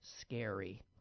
scary